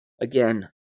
again